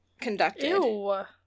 conducted